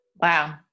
Wow